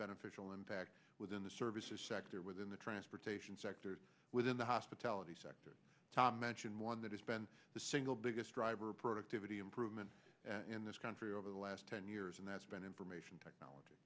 beneficial impact within the services sector within the transportation sector within the hospitality sector tom mentioned one that has been the single biggest driver productivity improvement in this country over the last ten years and that's been information technology